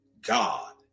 God